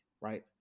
right